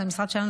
זה המשרד שלנו,